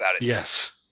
Yes